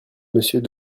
monsieur